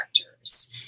characters